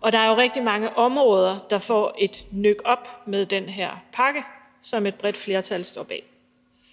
og der er jo rigtig mange områder, der får et nøk opad med den her pakke, som et bredt flertal står bag.